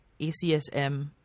ACSM